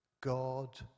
God